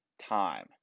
time